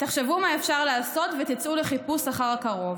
תחשבו מה אפשר לעשות ותצאו לחיפוש אחר הקרוב.